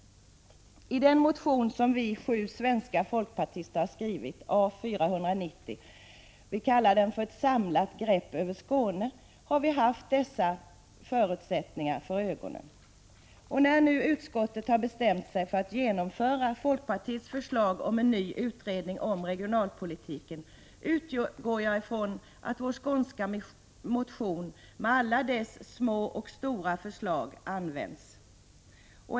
I den motion som vi sju skånska folkpartister har skrivit, A490, som vi kallar för ett samlat grepp över Skåne, har vi haft dessa förutsättningar för ögonen. När nu utskottet har bestämt sig för att genomföra folkpartiets förslag om en ny utredning om regionalpolitiken, utgår jag från att vår skånska motion med alla dess små och stora förslag används.